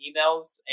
emails